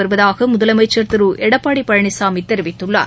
வருவதாக முதலமைச்சர் திரு எடப்பாடி பழனிசாமி தெரிவித்துள்ளார்